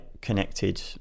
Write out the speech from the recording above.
connected